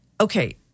okay